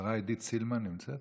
השרה עידית סילמן נמצאת?